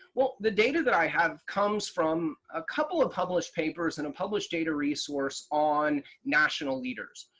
well, the data that i have comes from a couple of published papers and a published data resource on national leaders.